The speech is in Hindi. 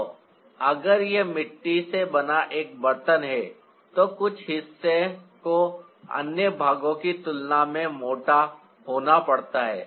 तो अगर यह मिट्टी से बना एक बर्तन है तो कुछ हिस्से को अन्य भागों की तुलना में मोटा होना पड़ता है